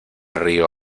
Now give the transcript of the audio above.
río